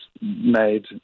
made